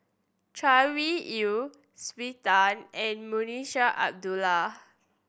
Chay Weng Yew Twisstii and Munshi Abdullah